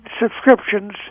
subscriptions